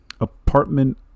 Apartment